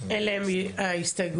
אלה הן ההסתייגויות?